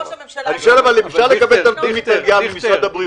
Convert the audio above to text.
האם אפשר לקבל נתונים ממשרד הבריאות?